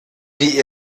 die